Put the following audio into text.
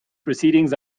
proceedings